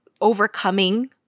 overcoming